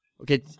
Okay